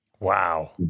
Wow